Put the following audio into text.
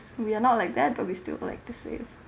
we are not like that but we still would like to save